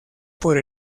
por